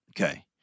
Okay